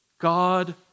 God